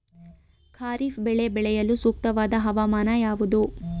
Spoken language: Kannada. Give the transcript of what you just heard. ಖಾರಿಫ್ ಬೆಳೆ ಬೆಳೆಯಲು ಸೂಕ್ತವಾದ ಹವಾಮಾನ ಯಾವುದು?